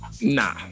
Nah